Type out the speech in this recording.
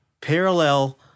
parallel